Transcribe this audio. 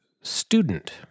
student